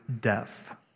death